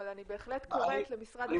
אבל אני בהחלט קוראת למשרד החינוך --- אני